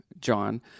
John